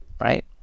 right